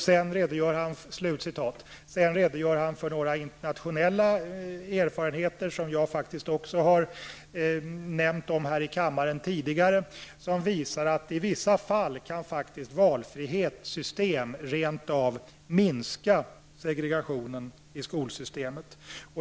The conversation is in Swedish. Stefan Fölster redogör sedan för några internationella erfarenheter, som jag har nämnt i kammaren tidigare, som visar att i vissa fall kan system med valfrihet rent av minska segregationen i skolsystemet.